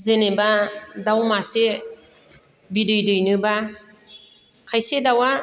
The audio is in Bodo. जेनोबा दाउ मासे बिदै दैनोब्ला खायसे दाउआ